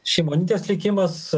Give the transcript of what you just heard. šimonytės likimas